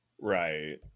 right